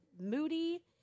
moody